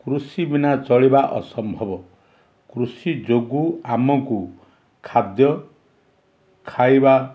କୃଷି ବିନା ଚଳିବା ଅସମ୍ଭବ କୃଷି ଯୋଗୁଁ ଆମକୁ ଖାଦ୍ୟ ଖାଇବା